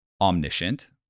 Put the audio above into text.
omniscient